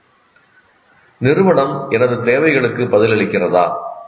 'நிறுவனம் எனது தேவைகளுக்கு பதிலளிக்கிறதா